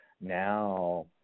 Now